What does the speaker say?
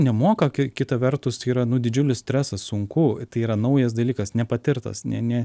nemoka kai kita vertus yra nu didžiulis stresas sunku tai yra naujas dalykas nepatirtas ne ne